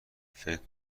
فکر